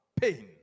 pain